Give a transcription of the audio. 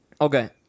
Okay